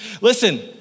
Listen